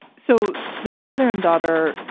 so this father and daughter,